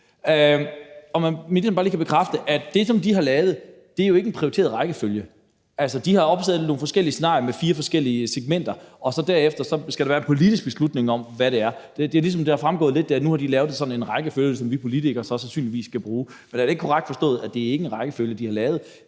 at det, som de har lavet, jo ikke er en prioriteret rækkefølge. De har opsat nogle forskellige scenarier med fire forskellige segmenter, og derefter skal der så være en politisk beslutning om, hvad det skal være. Det er, som om det lidt er fremgået, at nu har de lavet sådan en rækkefølge, som vi politikere så sandsynligvis skal bruge. Men er det ikke korrekt forstået, at det ikke er en rækkefølge, de har lavet,